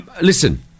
listen